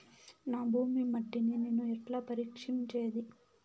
నా భూమి మట్టిని నేను ఎట్లా పరీక్షించేది?